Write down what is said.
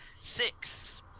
six